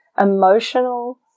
emotional